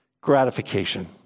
gratification